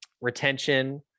retention